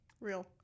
Real